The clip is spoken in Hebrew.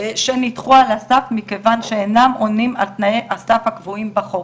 שנדחו על הסף מכיוון שהן אינן עונות על תנאי הסף הקבועים בחוק.